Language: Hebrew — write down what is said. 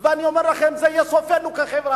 אני אומר לכם, זה יהיה סופנו כחברה.